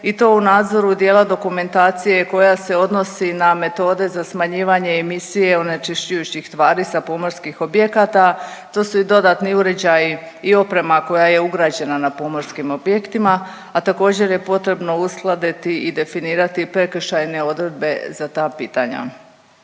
i to u nadzoru dijela dokumentacije koja se odnosi na metode za smanjivanje emisije onečišćujućih tvari sa pomorskih objekata. Tu su i dodatni uređaji i oprema koja je ugrađena na pomorskim objektima, a također je potrebno uskladiti i definirati prekršajne odredbe za ta pitanja.